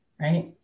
right